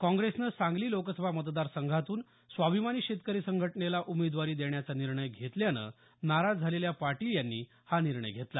काँग्रेसनं सांगली लोकसभा मतदारसंघातून स्वाभिमानी शेतकरी संघटनेला उमेदवारी देण्याचा निर्णय घेतल्यानं नाराज झालेल्या पाटील यांनी हा निर्णय घेतला